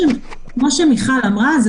שמיכל אמרה,